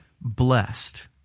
Blessed